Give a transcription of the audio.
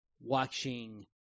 watching